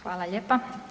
Hvala lijepa.